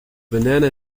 banana